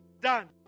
done